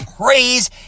praise